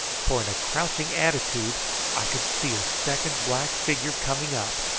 for in a crouching attitude i could see a second black figure coming up,